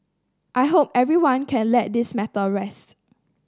I hope everyone can let this matter rest